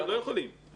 לא, הם לא יכולים.